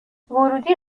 ورودی